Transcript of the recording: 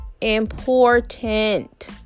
important